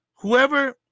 Whoever